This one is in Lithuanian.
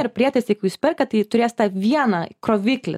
ar prietaisai kur jūs perkat tai turės tą vieną kroviklį